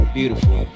beautiful